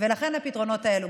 ולכן הפתרונות האלה,